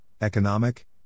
Economic